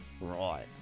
Right